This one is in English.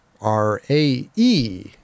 r-a-e